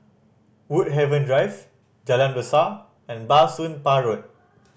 Woodhaven Drive Jalan Besar and Bah Soon Pah Road